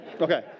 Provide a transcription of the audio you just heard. Okay